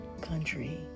country